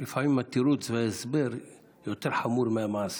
לפעמים התירוץ וההסבר יותר חמורים מהמעשה.